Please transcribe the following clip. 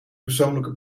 persoonlijke